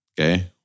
okay